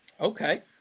Okay